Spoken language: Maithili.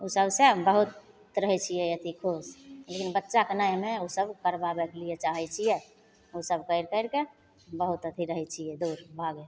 ओसबसे बहुत रहै छिए अथी खुश लेकिन बच्चाके नहि हमे ओसब करबाबैके लिए चाहै छिए ओसब करि करिके बहुत अथी रहै छिए दूर भागल